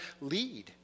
lead